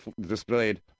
displayed